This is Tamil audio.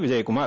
விஜயகுமார்